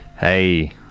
Hey